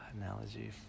Analogy